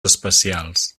especials